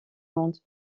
monde